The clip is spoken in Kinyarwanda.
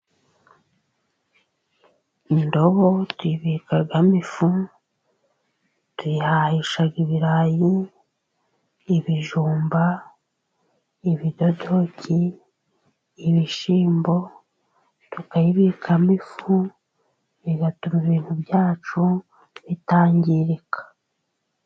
Indobo tuyibikamo ifu, tuyihahisha ibirayi, ibijumba, ibidodoki, ibishyimbo, tukayibikamo ifu, bituma ibintu byacu bitangirika.